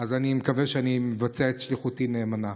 אני מקווה שאני מבצע את שליחותי נאמנה.